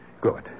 Good